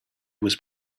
was